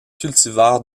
cultivars